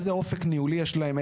איזה אופק ניהולי יש להם?